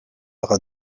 heures